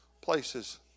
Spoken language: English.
places